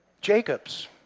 Jacob's